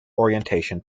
orientation